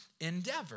endeavor